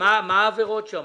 מה העבירות שם?